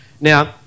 Now